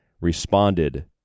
responded